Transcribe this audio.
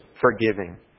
forgiving